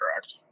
correct